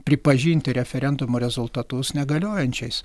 pripažinti referendumo rezultatus negaliojančiais